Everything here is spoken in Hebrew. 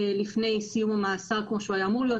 לפני סיום המאסר כמו שהוא היה אמור להיות.